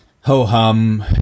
ho-hum